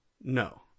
No